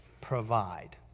provide